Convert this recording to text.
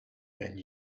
and